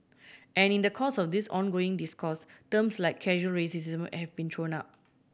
and in the course of this ongoing discourse terms like casual racism have been thrown up